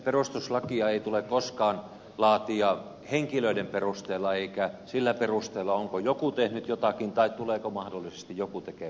perustuslakia ei tule koskaan laatia henkilöiden perusteella eikä sillä perusteella onko joku tehnyt jotakin tai tuleeko mahdollisesti joku tekemään jotakin